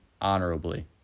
honorably